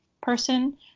person